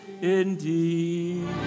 indeed